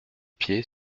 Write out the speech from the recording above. pieds